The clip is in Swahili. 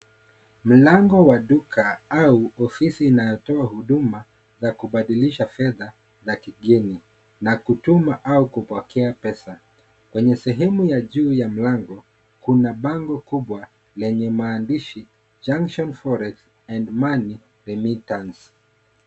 Mlango wa duka au ofisi inayotoa huduma za kubadilisha fedha za kigeni. Na kutuma au kupokea pesa. kwenye sehemu ya juu ya mlango, kuna bango kubwa lenye maandishi, Junction Forex and Money Remittance.